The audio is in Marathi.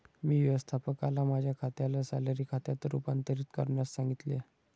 मी व्यवस्थापकाला माझ्या खात्याला सॅलरी खात्यात रूपांतरित करण्यास सांगितले